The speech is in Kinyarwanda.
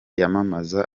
yamamaza